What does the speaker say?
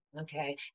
Okay